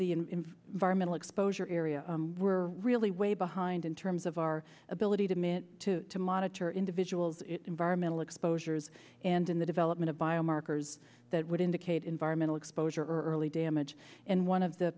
in very middle exposure area we're really way behind in terms of our ability to manage to monitor individuals environmental exposures and in the development of biomarkers that would indicate environmental exposure early damage and one of the